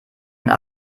eine